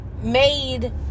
made